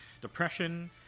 Depression